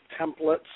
templates